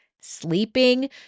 sleeping